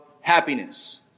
happiness